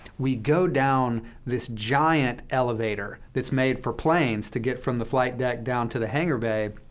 we go down this giant elevator that's made for planes to get from the flight deck down to the hangar bay.